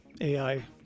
ai